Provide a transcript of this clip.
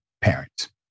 parents